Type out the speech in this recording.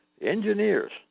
engineers